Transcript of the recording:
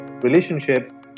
relationships